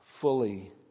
fully